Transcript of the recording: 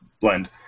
blend